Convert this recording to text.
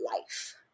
life